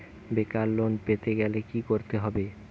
বেকার লোন পেতে গেলে কি করতে হবে?